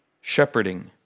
shepherding